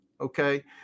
okay